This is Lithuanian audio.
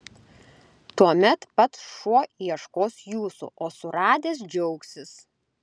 tuomet pats šuo ieškos jūsų o suradęs džiaugsis